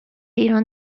ایران